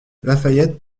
lafayette